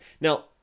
Now